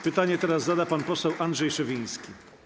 Pytanie teraz zada pan poseł Andrzej Szewiński.